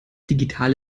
digital